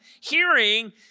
hearing